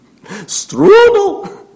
Strudel